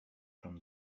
from